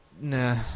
nah